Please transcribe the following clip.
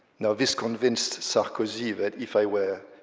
now this convinced sarkozy that if i were,